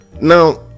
now